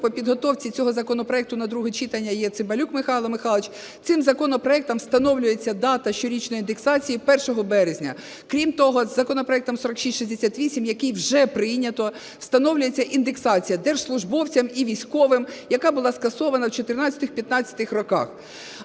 по підготовці цього законопроекту на друге читання є Цимбалюк Михайло Михайлович. Цим законопроектом встановлюється дата щорічної індексації - 1 березня. Крім того, законопроектом 4668, який вже прийнято, встановлюється індексація держслужбовцям і військовим, яка була скасована в 2014-2015 роках.